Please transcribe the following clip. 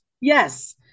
Yes